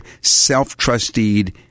self-trusted